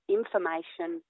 information